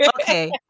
Okay